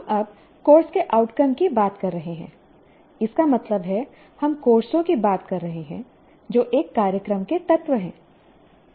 हम अब कोर्स के आउटकम की बात कर रहे हैं इसका मतलब है हम कोर्सों की बात कर रहे हैं जो एक कार्यक्रम के तत्व हैं